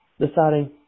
deciding